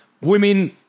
women